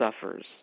suffers